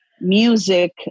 music